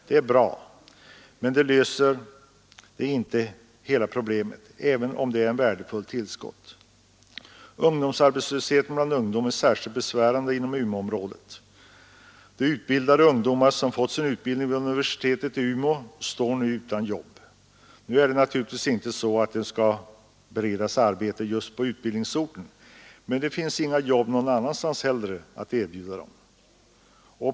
Det är bra, men helt löser det inte problemen där uppe, även om det blir ett värdefullt tillskott av arbetstillfällen. Arbetslösheten bland ungdom är särskilt besvärande inom Umeåområdet. Många ungdomar som fått sin utbildning vid universitetet i Umeå står utan jobb. Nu är det naturligtvis inte så att de skall beredas arbete just på utbildningsorten, men det finns inga jobb någon annanstans heller att erbjuda dem.